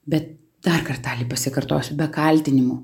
bet dar kartelį pasikartosiu be kaltinimų